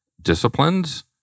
disciplines